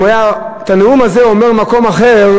אם הוא היה את הנאום הזה אומר במקום אחר,